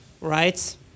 Right